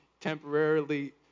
temporarily